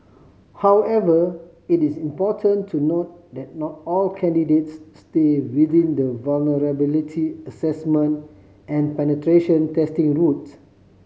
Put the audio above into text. however it is important to note that not all candidates stay within the vulnerability assessment and penetration testing routes